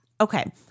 okay